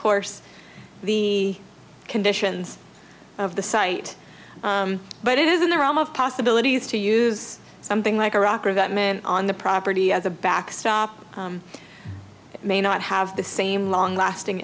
course the conditions of the site but isn't there almost possibilities to use something like a rock or that men on the process as a backstop may not have the same long lasting